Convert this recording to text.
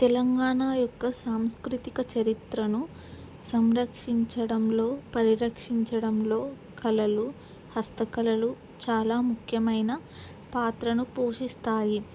తెలంగాణ యొక్క సాంస్కృతిక చరిత్రను సంరక్షించడంలో పరిరక్షించడంలో కళలు హస్తకళలు చాలా ముఖ్యమైన పాత్రను పోషిస్తాయి